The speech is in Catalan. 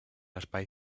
espai